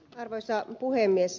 arvoisa puhemies